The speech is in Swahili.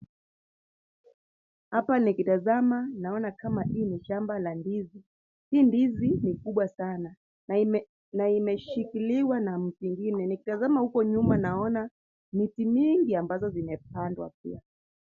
Hapa nikitazama naona kama hii ni shamba la ndizi. Hii ndizi ni kubwa sana na imeshikiliwa na mti ingine. Nikitazama huko nyuma naona miti nyingi ambazo zimepandwa pia.